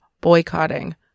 boycotting